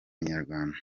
inyarwanda